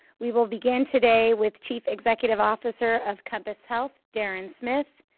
we will begin today with chief executive officer of compass health, darren smith,